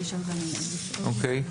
אוקיי.